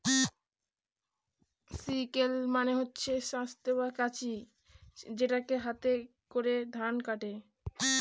sickle মানে হচ্ছে কাস্তে বা কাঁচি যেটাকে হাতে করে ধান কাটে